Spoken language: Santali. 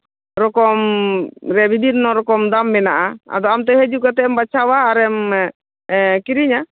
ᱨᱚᱠᱚᱢ ᱨᱮ ᱵᱤᱵᱷᱤᱱᱱᱚ ᱨᱚᱠᱚᱢ ᱫᱟᱢ ᱢᱮᱱᱟᱜᱼᱟ ᱟᱫᱚ ᱟᱢᱛᱮ ᱦᱤᱡᱩᱜ ᱠᱟᱛᱮ ᱮᱢ ᱵᱟᱪᱷᱟᱣᱟ ᱟᱨᱮᱢ ᱠᱤᱨᱤᱧᱟ